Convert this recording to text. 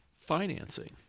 financing